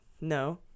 No